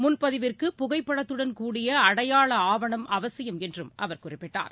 முன்பதிவிற்கு புகைப்படத்துடன் கூடிய அடையாள ஆவணம் அவசியம் என்றும் அவர் குறிப்பிட்டார்